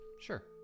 Sure